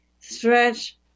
stretch